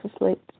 asleep